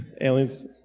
Aliens